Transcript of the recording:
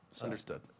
Understood